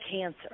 cancer